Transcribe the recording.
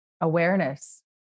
awareness